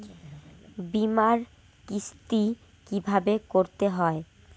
বিমার কিস্তি কিভাবে করতে হয়?